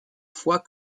fois